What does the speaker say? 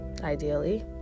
ideally